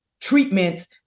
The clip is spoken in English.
treatments